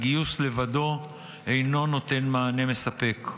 הגיוס לבדו אינו נותן מענה מספק.